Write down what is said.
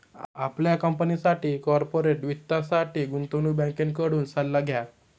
आपल्या कंपनीसाठी कॉर्पोरेट वित्तासाठी गुंतवणूक बँकेकडून सल्ला घ्या